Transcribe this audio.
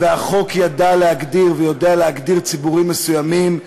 והחוק ידע להגדיר ויודע להגדיר ציבורים מסוימים,